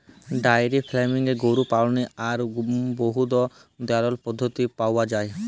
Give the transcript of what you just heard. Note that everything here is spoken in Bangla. ডায়েরি ফার্মিংয়ে গরু পাললের আর দুহুদ দহালর পদ্ধতি পাউয়া যায়